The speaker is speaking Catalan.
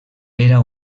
era